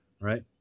Right